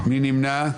מי נמנע?